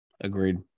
Agreed